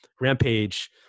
rampage